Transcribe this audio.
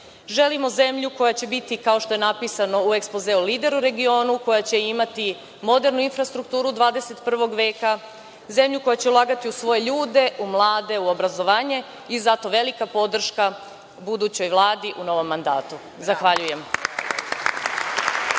Želimo zemlju koja će biti, kao što je napisano u ekspozeu, lider u regionu koja će imati modernu infrastrukturu 21. veka, zemlju koja će ulagati u svoje ljude, u mlade, u obrazovanje. Zato velika podrška budućoj Vladi u novom mandatu. Zahvaljujem.